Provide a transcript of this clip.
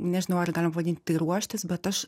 nežinau ar galim vadint tai ruoštis bet aš